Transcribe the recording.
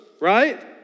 right